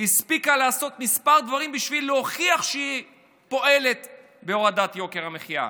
לעשות כמה דברים בשביל להוכיח שהיא פועלת להורדת יוקר המחיה.